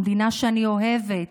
המדינה שאני אוהבת,